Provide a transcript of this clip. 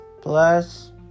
Plus